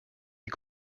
est